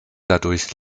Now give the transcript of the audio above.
dadurch